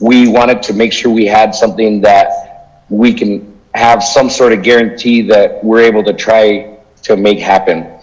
we wanted to make sure we had something that we can have some sort of guarantee that we are able to try to make happen.